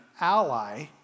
ally